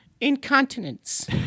incontinence